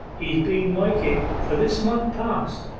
he's been like it for this month past,